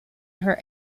her